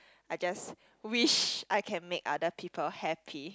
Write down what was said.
I just wish I can make other people happy